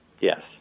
Yes